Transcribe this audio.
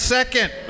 second